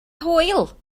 hwyl